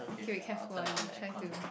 okay be careful ah you try to